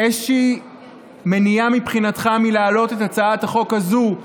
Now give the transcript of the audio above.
איזה מניעה מבחינתך להעלות את הצעת החוק הזאת,